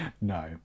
No